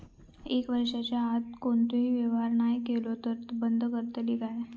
एक वर्षाच्या आत कोणतोही व्यवहार नाय केलो तर ता बंद करतले काय?